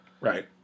Right